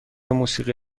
موسیقی